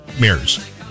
mirrors